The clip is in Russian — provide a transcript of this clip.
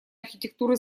архитектуры